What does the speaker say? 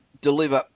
deliver